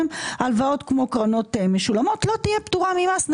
ההלוואות כמו קרנות משולמות לא תהיה פטורה ממס.